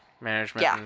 Management